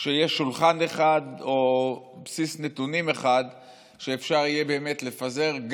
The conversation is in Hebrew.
שיהיה שולחן אחד או בסיס נתונים אחד ואפשר יהיה באמת לפזר,